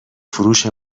فروش